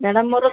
madam ମୋର